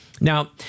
Now